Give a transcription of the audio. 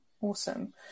awesome